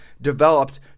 developed